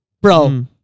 Bro